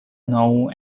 known